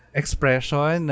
expression